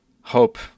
hope